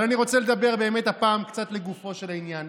אבל אני רוצה לדבר באמת הפעם קצת לגופו של עניין,